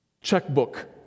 Checkbook